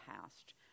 past